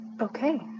Okay